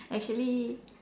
actually